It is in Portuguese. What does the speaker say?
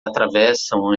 atravessam